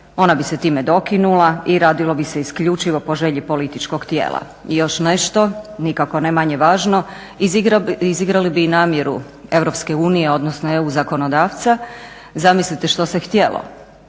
ona bi se time dokinula i radilo bi se isključivo po želji političkog tijela. Još nešto, nikako ni manje važno, izigrali bi namjeru EU odnosno EU zakonodavca. Zamislite što se htjelo,